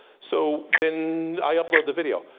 so then i upload the video.